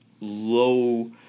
low